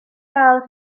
gael